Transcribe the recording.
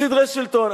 סדרי שלטון.